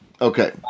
okay